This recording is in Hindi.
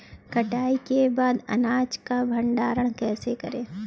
कटाई के बाद अनाज का भंडारण कैसे करें?